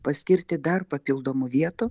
paskirti dar papildomų vietų